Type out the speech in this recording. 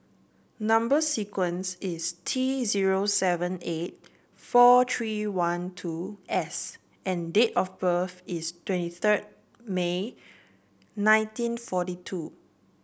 number sequence is T zero seven eight four three one two S and date of birth is twenty third May nineteen forty two